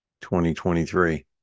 2023